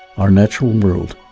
our natural world,